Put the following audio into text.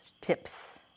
tips